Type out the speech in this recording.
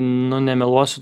nu nemeluosiu